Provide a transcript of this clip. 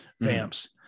vamps